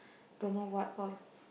don't know what all